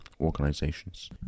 organizations